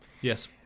yes